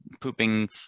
pooping